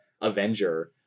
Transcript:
avenger